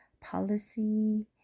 Policy